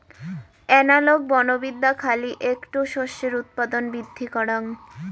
analogue বনবিদ্যা খালি এ্যাকটো শস্যের উৎপাদন বৃদ্ধি করাং